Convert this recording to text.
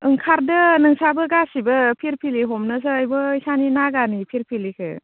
ओंखारदो नोंस्राबो गासिबो फिरपिलि हमनोसै बैसानि नागानि फिरपिलिखो